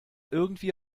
irgendwie